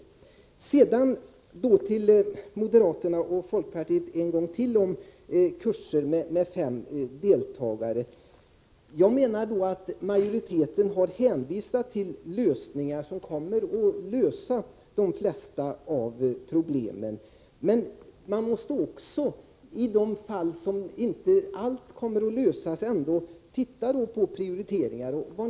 Jag vänder mig så än en gång till moderaternas och folkpartiets ledamöter i frågan om kurser med fem deltagare. Majoriteten har föreslagit åtgärder som kommer att lösa de flesta av problemen. Men i de fall där man inte till fullo når en lösning gäller det att göra prioriteringar.